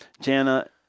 Jana